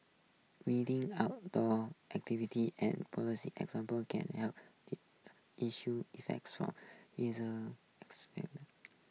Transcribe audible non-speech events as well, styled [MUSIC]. reading outdoor activities and policy example can help [UNINTELLIGIBLE] issue effects from haze [UNINTELLIGIBLE]